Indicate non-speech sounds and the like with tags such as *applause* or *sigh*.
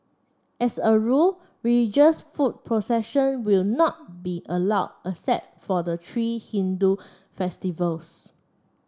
as a rule religious foot procession will not be allow *unintelligible* for the three Hindu festivals